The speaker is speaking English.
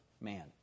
man